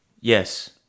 Yes